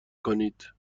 کنید